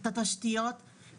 את התשתיות,